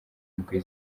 ndwi